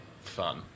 fun